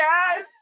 Yes